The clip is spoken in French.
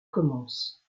commence